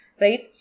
Right